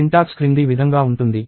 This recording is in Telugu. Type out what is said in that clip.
వాక్యనిర్మాణం క్రింది విధంగా ఉంటుంది